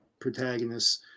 protagonists